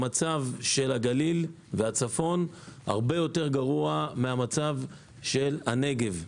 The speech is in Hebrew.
המצב של הגליל והצפון הרבה יותר גרוע מן המצב של הנגב.